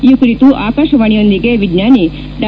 ಈ ಕುರಿತು ಆಕಾಶವಾಣಿಯೊಂದಿಗೆ ವಿಜ್ಞಾನಿ ಡಾ